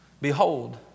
Behold